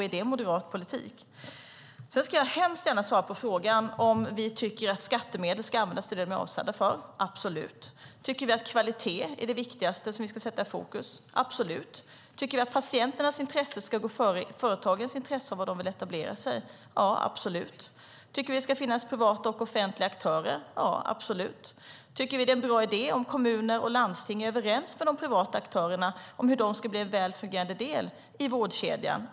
Är det moderat politik? Jag ska hemskt gärna svara på frågan om vi tycker att skattemedel ska användas till det de är avsedda för. Absolut. Tycker vi att kvalitet är det viktigaste som vi ska sätta i fokus? Absolut. Tycker vi att patienternas intresse ska gå före företagens intresse av var de vill etablera sig? Absolut. Tycker vi att det ska finnas privata och offentliga aktörer? Absolut. Tycker vi att det är en bra idé om kommuner och landsting är överens med de privata aktörerna om hur de ska bli en väl fungerande del i vårdkedjan?